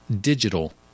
digital